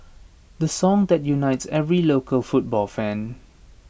the song that unites every local football fan